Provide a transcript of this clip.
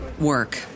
work